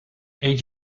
eet